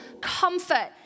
comfort